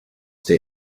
der